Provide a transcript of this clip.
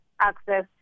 access